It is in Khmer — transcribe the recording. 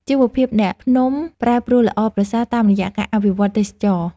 ជីវភាពអ្នកភ្នំប្រែប្រួលល្អប្រសើរតាមរយៈការអភិវឌ្ឍទេសចរណ៍។